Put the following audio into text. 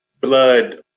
blood